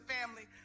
family